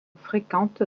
fréquente